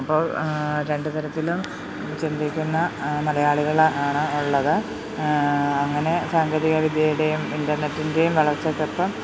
അപ്പോൾ രണ്ട് തരത്തിലും ചിന്തിക്കുന്ന മലയാളികൾ ആണ് ഉള്ളത് അങ്ങനെ സാങ്കേതികവിദ്യയുടെയും ഇൻ്റർനെറ്റിന്റേയും വളർച്ചയ്ക്കൊപ്പം